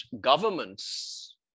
governments